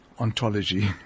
ontology